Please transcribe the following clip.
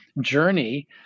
journey